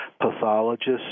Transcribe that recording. pathologists